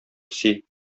песи